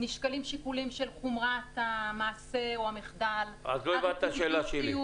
נשקלים שיקולים של חומרת המעשה או המחדל -- אז לא הבנת את השאלה שלי.